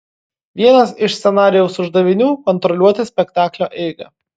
vienas iš scenarijaus uždavinių kontroliuoti spektaklio eigą